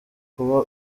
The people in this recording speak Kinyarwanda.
kuba